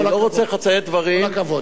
אני לא רוצה חצאי דברים, כל הכבוד.